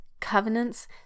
Covenants